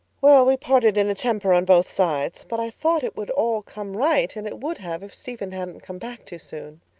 well, we parted in a temper on both sides. but i thought it would all come right and it would have if stephen hadn't come back too soon.